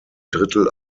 drittel